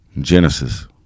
Genesis